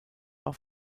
war